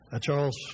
Charles